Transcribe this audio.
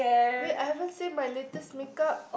wait I haven't say my latest make-up